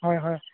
হয় হয়